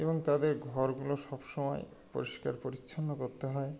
এবং তাদের ঘরগুলো সব সমময় পরিষ্কার পরিচ্ছন্ন করতে হয়